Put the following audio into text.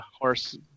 horse